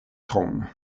trône